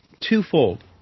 twofold